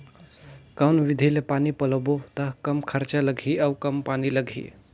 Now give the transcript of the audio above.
कौन विधि ले पानी पलोबो त कम खरचा लगही अउ कम पानी लगही?